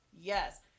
Yes